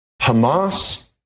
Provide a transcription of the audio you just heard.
Hamas